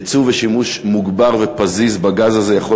ייצוא ושימוש מוגבר ופזיז בגז הזה יכול